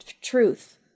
truth